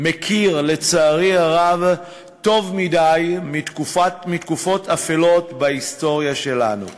מכיר לצערי הרב טוב מדי מתקופות אפלות בהיסטוריה שלנו.